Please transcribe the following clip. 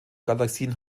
galaxien